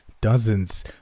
dozens